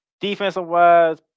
Defensive-wise